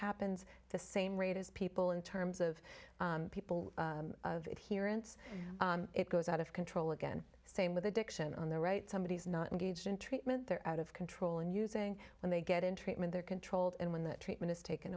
happens the same rate as people in terms of people of it here and it goes out of control again same with addiction on the right somebody is not engaged in treatment they're out of control and using when they get in treatment they're controlled and when that treatment is taken